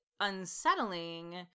unsettling